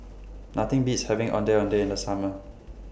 Nothing Beats having Ondeh Ondeh in The Summer